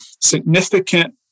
significant